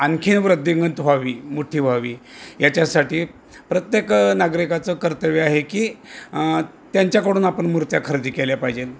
आणखी वृद्धिंगत व्हावी मोठी व्हावी याच्यासाठी प्रत्येक नागरिकाचं कर्तव्य आहे की त्यांच्याकडून आपण मूर्त्या खरेदी केल्या पाहिजेल